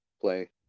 play